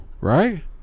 right